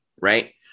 right